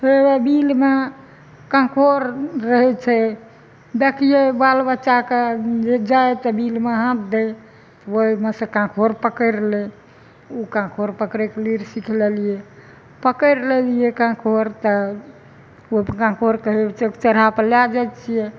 फेर बिलमे कांकुर रहै छै देखियै बाल बच्चाके जे जाइ तऽ बिलमे हाथ दै ओहिमे सँ कांकुर पकैरि लै ओ कांकुर पकरै के लुइर सिख लेलियै पकैड़ि लेलियै कांकुर तऽ ओ कांकुर कहै छियै चढ़ाए पर लए जाइ छियै